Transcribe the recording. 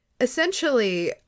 essentially